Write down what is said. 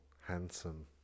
handsome